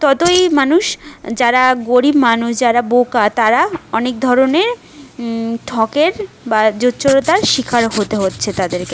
ততোই মানুষ যারা গরিব মানুষ যারা বোকা তারা অনেক ধরণের ঠকের বা জোচ্চোরতার শিকার হতে হচ্ছে তাদেরকে